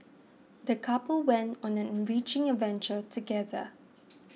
the couple went on an enriching adventure together